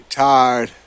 tired